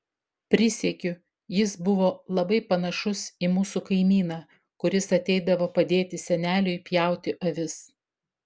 prisiekiu jis buvo labai panašus į mūsų kaimyną kuris ateidavo padėti seneliui pjauti avis